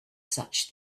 such